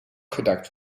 gedekt